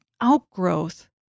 outgrowth